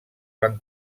van